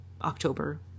October